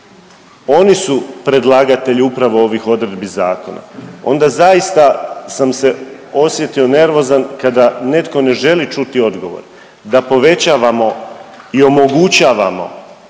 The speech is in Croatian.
oni su predlagatelji upravo ovih odredbi zakona, onda zaista sam se osjetio nervozan kada netko ne želi čuti odgovor, da povećavamo i omogućavamo